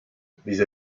vis